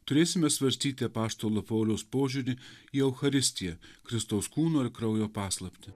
turėsime svarstyti apaštalo pauliaus požiūrį į eucharistiją kristaus kūno ir kraujo paslaptį